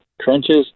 trenches